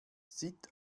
sitt